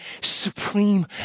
supreme